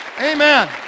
Amen